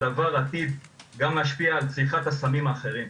הדבר עתיד גם להשפיע על צריכת הסמים האחרים.